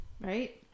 right